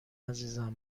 عزیزم